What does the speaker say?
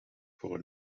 voor